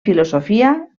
filosofia